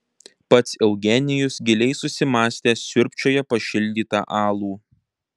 pats eugenijus giliai susimąstęs siurbčioja pašildytą alų